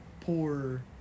poor